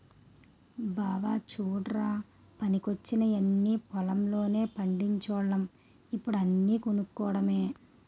బావా చుడ్రా పనికొచ్చేయన్నీ పొలం లోనే పండిచోల్లం ఇప్పుడు అన్నీ కొనుక్కోడమే